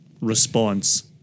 response